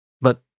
But